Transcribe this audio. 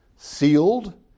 Sealed